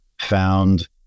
Found